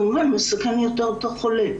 אפשר בהחלט